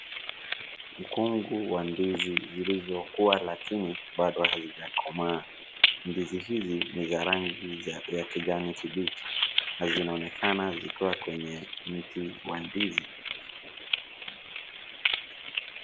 Mkungu wa ndizi zilizokua lakini bado hazijakomaa. Ndizi hizi ni za rangi ya kijani kibichi na zinaonekana zikiwa kwenye mti wa ndizi.